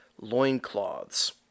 loincloths